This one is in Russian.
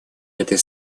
этой